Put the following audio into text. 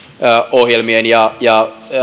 ohjelmien ja ja